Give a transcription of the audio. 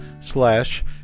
slash